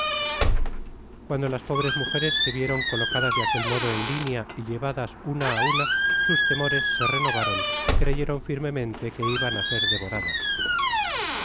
ivrciuando las pobres mujeres se vieron colocadas de aquel modo en linea y llevadas una á una sus temores se renovaron y creyeron firmemente que iban á ser devoradas